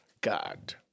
God